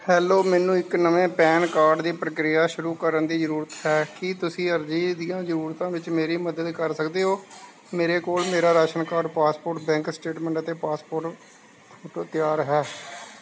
hello ਮੈਨੂੰ ਇੱਕ ਨਵੇਂ ਪੈਨ ਕਾਰਡ ਦੀ ਪ੍ਰਕਿਰਿਆ ਸ਼ੁਰੂ ਕਰਨ ਦੀ ਜ਼ਰੂਰਤ ਹੈ ਕੀ ਤੁਸੀਂ ਅਰਜ਼ੀ ਦੀਆਂ ਜ਼ਰੂਰਤਾਂ ਵਿੱਚ ਮੇਰੀ ਮਦਦ ਕਰ ਸਕਦੇ ਹੋ ਮੇਰੇ ਕੋਲ ਮੇਰਾ ration card passport bank statement ਅਤੇ ਪਾਸਪੋਰਟ ਫੋਟੋ ਤਿਆਰ ਹੈ